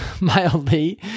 mildly